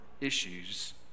issues